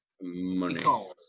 Money